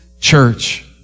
church